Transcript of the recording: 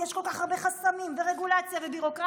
יש כל כך הרבה חסמים ורגולציה וביורוקרטיה.